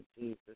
Jesus